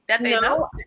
No